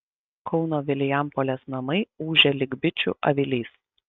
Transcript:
kauno vilijampolės namai ūžia lyg bičių avilys